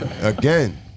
Again